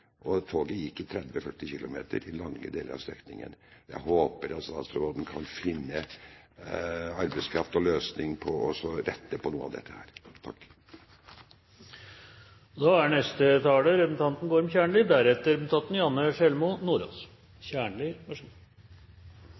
Toget gikk i 30–40 km/t lange deler av strekningen. Jeg håper at statsråden kan finne arbeidskraft og løsning på dette og rette på noe av dette. Representanten Rudihagen er